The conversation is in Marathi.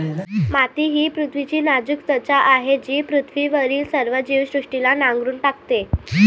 माती ही पृथ्वीची नाजूक त्वचा आहे जी पृथ्वीवरील सर्व जीवसृष्टीला नांगरून टाकते